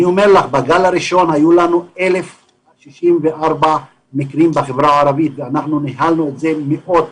בגל הראשון היו לנו 1,064 מקרים בחברה הערבית וניהלנו את זה טוב מאוד,